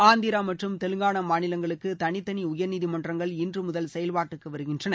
ஆந்திர மற்றும் தெலங்கானா மாநிலங்களுக்கு தனித்தனி உயர்நீதிமன்றங்கள் இன்று முதல் செயல்பாட்டுக்கு வருகின்றன